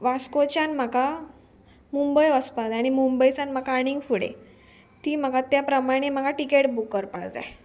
वास्कोच्यान म्हाका मुंबय वचपाक जाय आनी मुंबयच्यान म्हाका आणींग फुडें ती म्हाका त्या प्रमाणे म्हाका टिकेट बूक करपाक जाय